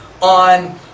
on